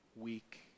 week